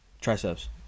triceps